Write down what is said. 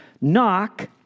Knock